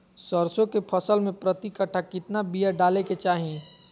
सरसों के फसल में प्रति कट्ठा कितना बिया डाले के चाही?